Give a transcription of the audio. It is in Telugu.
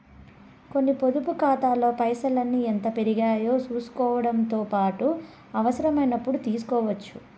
కొన్ని పొదుపు కాతాల్లో పైసల్ని ఎంత పెరిగాయో సూసుకోవడముతో పాటు అవసరమైనపుడు తీస్కోవచ్చు